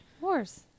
Wars